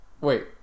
wait